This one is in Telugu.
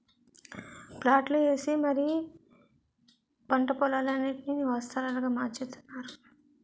ప్లాట్లు ఏసి మరీ పంట పోలాలన్నిటీనీ నివాస స్థలాలుగా మార్చేత్తున్నారు